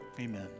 Amen